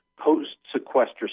post-sequester